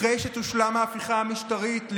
אחרי שתושלם ההפיכה המשטרית,